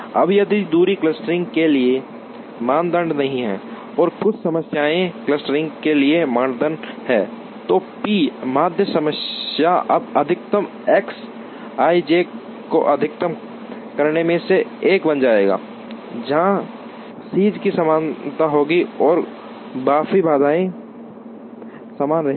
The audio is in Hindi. अब यदि दूरी क्लस्टरिंग के लिए मानदंड नहीं हैं और कुछ समानताएं क्लस्टरिंग के लिए मानदंड हैं तो पी माध्य समस्या अब अधिकतम एक्स आईजे को अधिकतम करने में से एक बन जाएगी जहां सीज की समानता होगी और बाकी बाधाएं समान रहेंगी